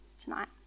tonight